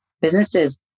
businesses